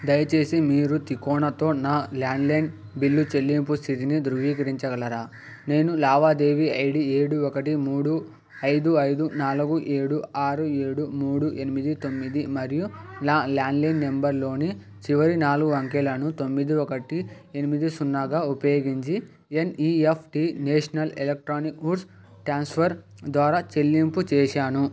దయచేసి మీరు తికోనతో నా ల్యాండ్లైన్ బిల్లు చెల్లింపు స్థితిని ధృవీకరించగలరా నేను లావాదేవీ ఐడి ఏడు ఒకటి మూడు ఐదు ఐదు నాలుగు ఏడు ఆరు ఏడు మూడు ఎనిమిది తొమ్మిది మరియు నా ల్యాండ్లైన్ నంబర్లోని చివరి నాలుగు అంకెలను తొమ్మిది ఒకటి ఎనిమిది సున్నాగా ఉపయోగించి NEFT national electronic funds transfer ద్వారా చెల్లింపు చేశాను